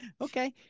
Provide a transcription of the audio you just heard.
Okay